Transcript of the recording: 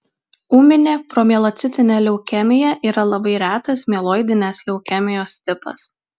ūminė promielocitinė leukemija yra labai retas mieloidinės leukemijos tipas